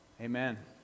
Amen